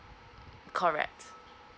correct